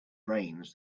brains